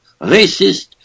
racist